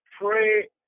Pray